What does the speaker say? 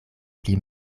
pli